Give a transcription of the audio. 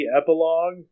epilogue